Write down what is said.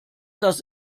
das